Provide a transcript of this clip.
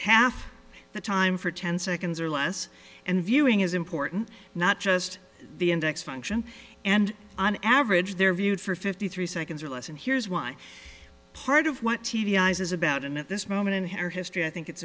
half the time for ten seconds or less and viewing is important not just the index function and on average they're viewed for fifty three seconds or less and here's why part of what t v is is about and at this moment in history i think it's